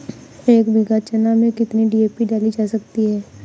एक बीघा चना में कितनी डी.ए.पी डाली जा सकती है?